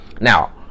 Now